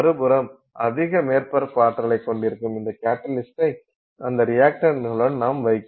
மறுபுறம் அதிக மேற்பரப்பு ஆற்றலைக் கொண்டிருக்கும் இந்த கட்டலிஸ்டை அந்த ரியக்டண்ட்களுடன் நாம் வைக்கிறோம்